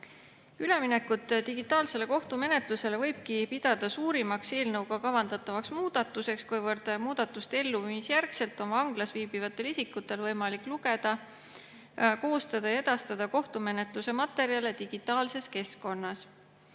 Üleminekut digitaalsele kohtumenetlusele võibki pidada suurimaks eelnõuga kavandatavaks muudatuseks, kuivõrd muudatuste elluviimise järgselt on vanglas viibivatel isikutel võimalik lugeda, koostada ja edastada kohtumenetluse materjale digitaalses keskkonnas.